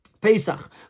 Pesach